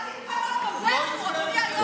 הלך להתפנות, גם זה אסור.